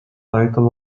title